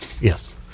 yes